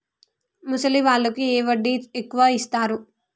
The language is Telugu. ముసలి వాళ్ళకు ఏ వడ్డీ ఎక్కువ ఇస్తారు?